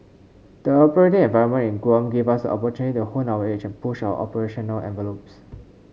the operating environment in Guam gave us the opportunity to hone our edge and push our operational envelopes